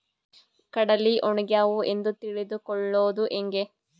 ಕಡಲಿ ಒಣಗ್ಯಾವು ಎಂದು ತಿಳಿದು ಕೊಳ್ಳೋದು ಹೇಗೆ?